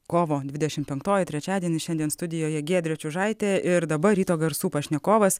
kovo dvidešimt penktoji trečiadienis šiandien studijoje giedrė čiužaitė ir dabar ryto garsų pašnekovas